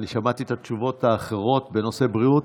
ואני שמעתי את התשובות האחרות בנושא בריאות.